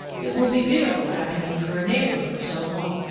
it will be beautiful having you for a neighbor for so long.